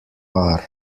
wahr